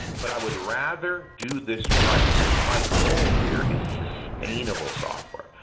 but i would rather do this right. my goal here is sustainable software,